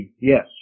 yes